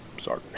sorry